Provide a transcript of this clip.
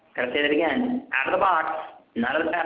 say that again. out of the box none of